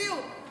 בדיוק.